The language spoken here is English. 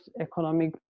economic